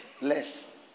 less